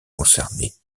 concernées